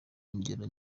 ngero